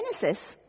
Genesis